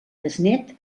besnét